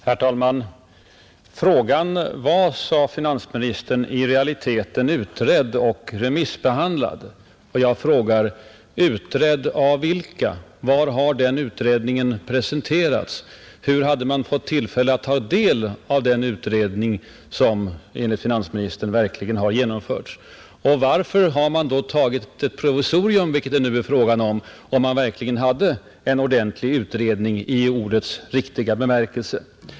Herr talman! Frågan var, sade finansministern, i realiteten utredd och remissbehandlad. Jag frågar: Utredd av vilka? Var har den utredningen presenterats? Variför har vi inte fått tillfälle att ta del av den utredningen? Och varför har man då föreslagit ett provisorium, om man verkligen hade en utredning i ordets riktiga bemärkelse?